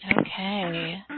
Okay